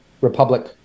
republic